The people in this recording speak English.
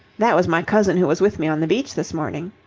that was my cousin who was with me on the beach this morning.